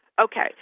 Okay